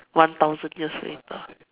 one thousand years later